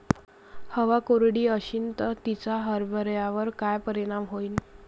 हवा कोरडी अशीन त तिचा हरभऱ्यावर काय परिणाम होईन?